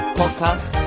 podcast